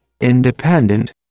Independent